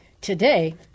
today